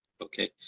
Okay